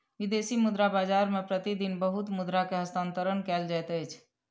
विदेशी मुद्रा बाजार मे प्रति दिन बहुत मुद्रा के हस्तांतरण कयल जाइत अछि